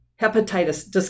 hepatitis